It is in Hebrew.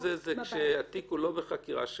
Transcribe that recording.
וכל זה כשהתיק לא בחקירה שלכם,